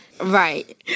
Right